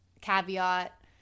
caveat